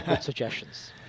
suggestions